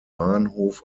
bahnhof